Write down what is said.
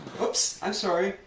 whoops! i'm sorry.